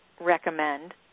recommend